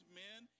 men